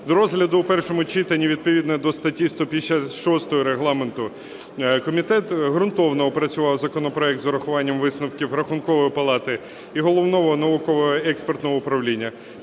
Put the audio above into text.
До розгляду у першому читанні відповідно до статті 156 Регламенту комітет ґрунтовно опрацював законопроект з урахуванням висновків Рахункової палати і Головного науково-експертного управління.